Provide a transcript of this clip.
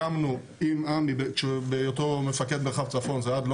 הקמנו עם עמרם בהיותו מפקד מרחב צפון שזה עד לא